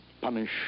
punish